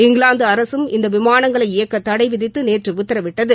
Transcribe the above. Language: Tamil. இங்கிலாந்து அரசும் இந்த விமானங்களை இயக்க தடை விதித்து நேற்று உத்தரவிட்டது